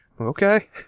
Okay